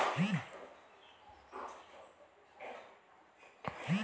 పద్దెనిమిది సంవత్సరాలలోపు పిల్లలకు ఖాతా తీయచ్చా?